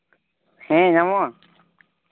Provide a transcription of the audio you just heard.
ᱦᱮᱸ ᱧᱟᱢᱚᱜᱼᱟ